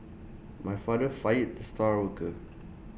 my father fired the star worker